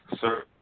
Sir